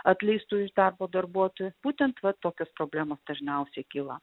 atleistu iš darbo darbuotoju būtent vat tokios problemos dažniausiai kyla